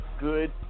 good